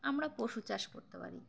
আমরা পশু চাষ করতে পারি